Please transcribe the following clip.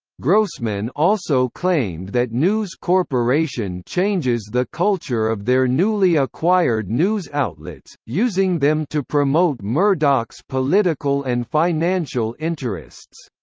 grossman also claimed that news corporation changes the culture of their newly acquired news outlets, using them to promote murdoch's political and financial interests.